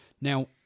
Now